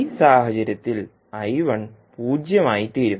ഈ സാഹചര്യത്തിൽ 0 ആയിത്തീരും